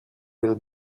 will